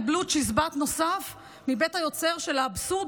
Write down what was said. קבלו צ'יזבט נוסף מבית היוצר של האבסורד